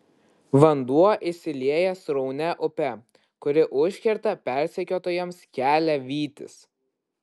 vanduo išsilieja sraunia upe kuri užkerta persekiotojams kelią vytis